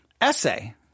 essay